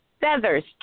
Feathers